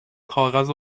کاغذ